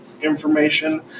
information